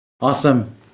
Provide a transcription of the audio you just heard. Awesome